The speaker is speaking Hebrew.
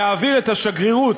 להעביר את השגרירות,